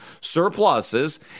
surpluses